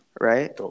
Right